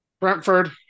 Brentford